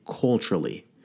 culturally